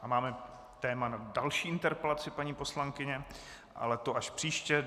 A máme téma na další interpelaci paní poslankyně, ale to až příště.